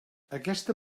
aquesta